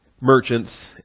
merchants